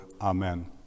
amen